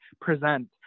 present